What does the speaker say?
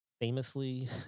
famously